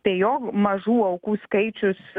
tai jo mažų aukų skaičius